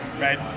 right